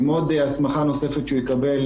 עם עוד הסמכה נוספת שיקבל,